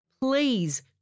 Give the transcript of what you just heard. Please